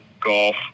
golf